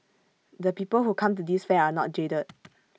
the people who come to this fair are not jaded